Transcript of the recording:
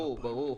ברור.